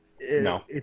No